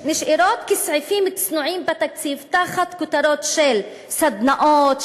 נשארים כסעיפים צנועים בתקציב תחת כותרות של סדנאות,